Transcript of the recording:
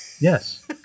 Yes